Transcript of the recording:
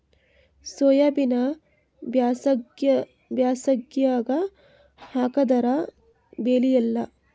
ಸೋಯಾಬಿನ ಬ್ಯಾಸಗ್ಯಾಗ ಹಾಕದರ ಬೆಳಿಯಲ್ಲಾ?